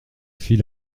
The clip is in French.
fit